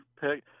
pick